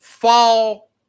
fall